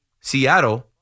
Seattle